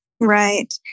Right